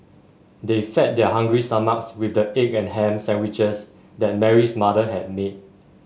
they fed their hungry stomachs with the egg and ham sandwiches that Mary's mother had made